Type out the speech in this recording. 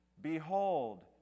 Behold